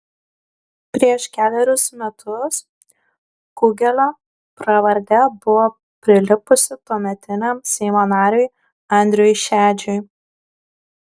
prieš kelerius metus kugelio pravardė buvo prilipusi tuometiniam seimo nariui andriui šedžiui